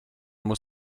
muss